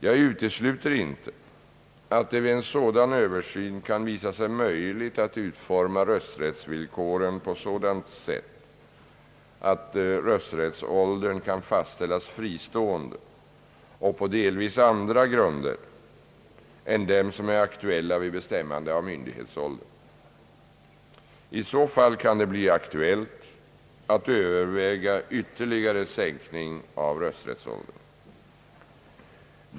Jag utesluter inte att det vid en sådan översyn kan visa sig möjligt att utforma rösträttsvillkoren på sådant sätt att rösträttsåldern kan fastställas fristående och på delvis andra grunder än dem som är aktuella vid bestämmande av myndighetsåldern. I så fall kan det bli aktuellt att överväga ytterligare sänkning av rösträttsåldern.